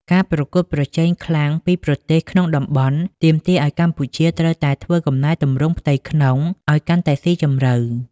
ការប្រកួតប្រជែងខ្លាំងពីប្រទេសក្នុងតំបន់ ទាមទារឱ្យកម្ពុជាត្រូវតែធ្វើកំណែទម្រង់ផ្ទៃក្នុងឱ្យកាន់តែស៊ីជម្រៅ។